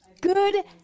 good